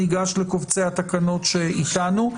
ניגש לקבציי התקנות שאיתנו.